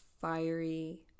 fiery